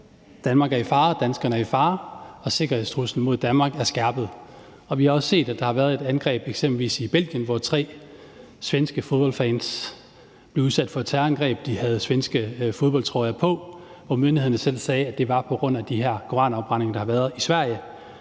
Danmark er i fare, og at danskerne er i fare, og at sikkerhedstruslen mod Danmark er skærpet. Vi har også set, at der eksempelvis har været et angreb i Belgien, hvor tre svenske fodboldfans blev udsat for et terrorangreb. De havde svenske fodboldtrøjer på, og myndighederne sagde selv, at det var på grund af de her koranafbrændinger, der har været i Sverige.